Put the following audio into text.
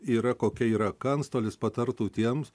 yra kokia yra ką antstolis patartų tiems